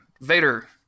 Vader